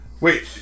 Wait